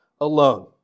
alone